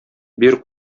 бир